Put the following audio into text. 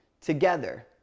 together